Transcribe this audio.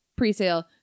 presale